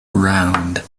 round